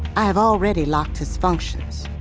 i have already locked his functions.